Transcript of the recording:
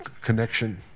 connection